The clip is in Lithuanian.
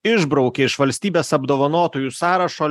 išbraukė iš valstybės apdovanotųjų sąrašo